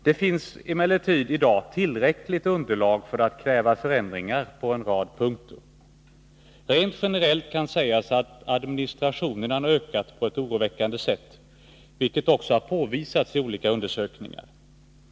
Det finns emellertid i dag tillräckligt underlag för att kräva förändringar på en rad punkter. Rent generellt kan sägas att administrationen har ökat på ett oroväckande sätt, vilket också har påvisats i olika undersökningar.